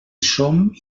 som